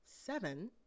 Seven